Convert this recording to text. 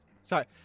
Sorry